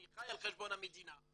אני חי על חשבון המדינה.